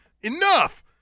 Enough